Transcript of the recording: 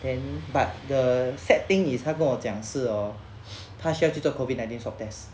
and but the sad thing is 还跟我讲是 oh 他需要去做 COVID nineteen swab test